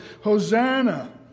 Hosanna